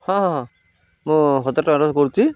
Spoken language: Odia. ହଁ ହଁଁ ମୁଁ ହଜାର ଟଙ୍କାଟା କରୁଛି